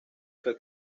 fue